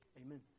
Amen